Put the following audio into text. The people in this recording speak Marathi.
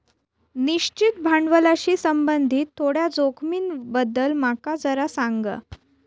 निश्चित भांडवलाशी संबंधित थोड्या जोखमींबद्दल माका जरा सांग